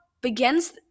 begins